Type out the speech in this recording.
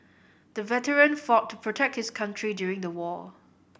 the veteran fought to protect his country during the war